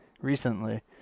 Recently